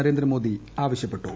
നരേന്ദ്രമോദി ആവശ്യപ്പെട്ടു